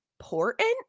important